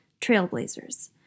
Trailblazers